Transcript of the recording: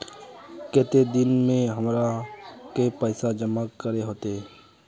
केते दिन में हमरा के पैसा जमा करे होते?